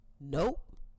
nope